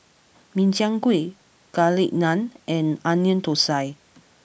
Min Chiang Kueh Garlic Naan and Onion Thosai